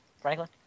Franklin